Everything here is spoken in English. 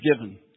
given